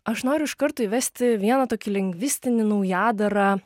aš noriu iš karto įvesti vieną tokį lingvistinį naujadarą